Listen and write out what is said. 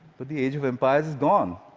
but the age of empires is gone.